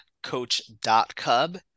coach.cub